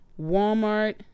Walmart